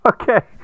Okay